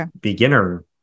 beginner